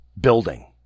building